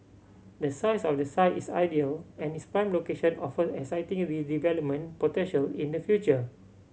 the size of the site is ideal and its prime location offer exciting redevelopment potential in the future